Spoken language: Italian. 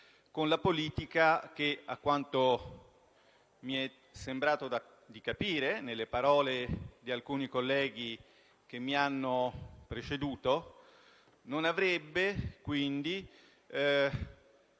con la politica che, a quanto mi è sembrato di capire dalle parole di alcuni colleghi che mi hanno preceduto, non avrebbe quindi